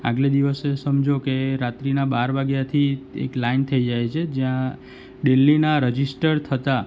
આગલે દિવસે સમજો કે રાત્રિના બાર વાગ્યાથી એક લાઈન થઈ જાય છે જ્યાં ડેલીના રજીસ્ટર થતાં